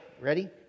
Ready